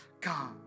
God